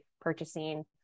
purchasing